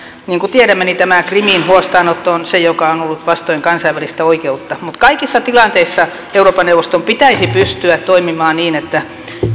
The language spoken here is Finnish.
niin kuin tiedämme tämä krimin huostaanotto on se joka on on ollut vastoin kansainvälistä oikeutta mutta kaikissa tilanteissa euroopan neuvoston pitäisi pystyä toimimaan niin että